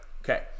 okay